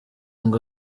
ngo